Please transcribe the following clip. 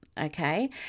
okay